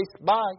Bye